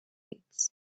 pits